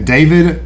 David